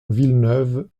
villeneuve